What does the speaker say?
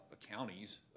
counties